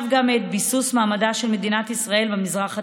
גם את ביסוס מעמדה של מדינת ישראל במזרח התיכון.